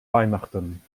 weihnachten